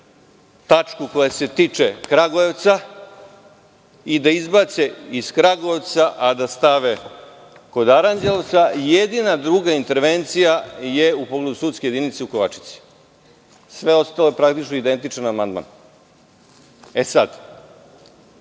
tačku koja se tiče Kragujevca i da izbace iz Kragujevca a da stave kod Aranđelovca, jedina druga intervencija je u pogledu sudske jedinice u Kovačici. Sve ostalo je praktično identičan amandman. Čudno